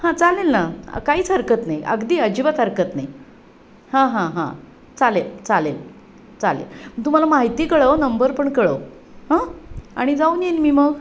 हां चालेल ना काहीच हरकत नाही अगदी अजिबात हरकत नाही हां हां हां चालेल चालेल चालेल तू मला माहिती कळव नंबर पण कळव हं आणि जाऊन येईन मी मग